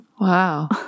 Wow